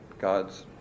God's